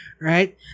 right